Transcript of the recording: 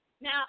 Now